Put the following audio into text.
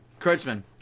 Kurtzman